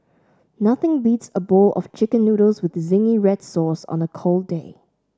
nothing beats a bowl of chicken noodles with zingy red sauce on a cold day